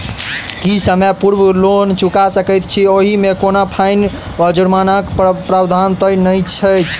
की समय पूर्व लोन चुका सकैत छी ओहिमे कोनो फाईन वा जुर्मानाक प्रावधान तऽ नहि अछि?